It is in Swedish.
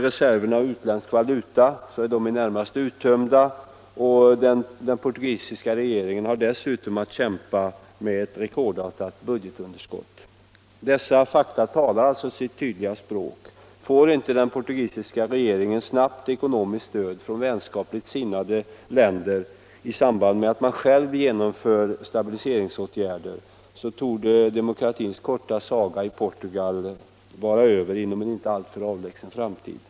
Reserverna av utländsk valuta är i det närmaste uttömda, och den portugisiska regeringen har dessutom att kämpa med ett rekordartat budgetunderskott. Dessa fakta talar sitt tydliga språk. Får inte den portugisiska regeringen snabbt ekonomiskt stöd från vänskapligt sinnade länder i samband med att man själv genomför stabiliseringsåtgärder, så torde demokratins korta saga i Portugal vara över inom en inte alltför avlägsen framtid.